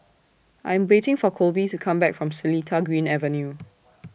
I'm waiting For Kolby to Come Back from Seletar Green Avenue